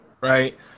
right